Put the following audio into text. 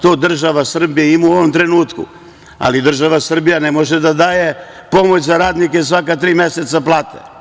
To država Srbija ima u ovom trenutku, ali država Srbija ne može da daje pomoć za radnike svaka tri meseca plate.